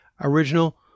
original